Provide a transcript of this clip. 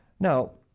now,